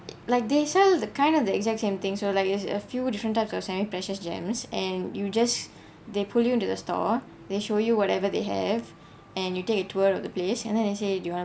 like they sell the kind of the exact same thing so it's like just a few different types of semi precious gems and you just they pull you into the store they show you whatever they have and you take a tour of the place and then they say you want